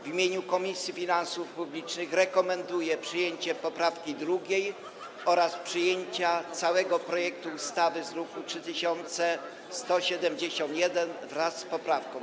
W imieniu Komisji Finansów Publicznych rekomenduję przyjęcie poprawki 2. oraz przyjęcie całego projektu ustawy z druku nr 3171, wraz z poprawką.